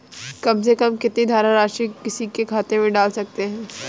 कम से कम कितनी धनराशि किसी के खाते में डाल सकते हैं?